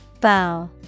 Bow